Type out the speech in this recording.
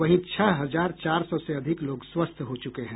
वहीं छह हजार चार सौ से अधिक लोग स्वस्थ हो चुके हैं